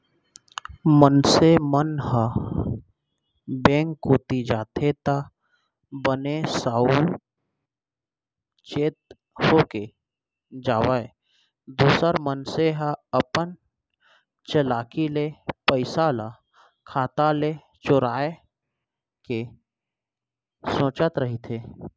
मनसे मन ह बेंक कोती जाथे त बने साउ चेत होके जावय दूसर मनसे हर अपन चलाकी ले पइसा ल खाता ले चुराय के सोचत रहिथे